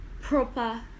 Proper